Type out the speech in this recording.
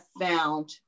found